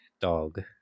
dog